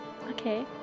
Okay